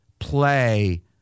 play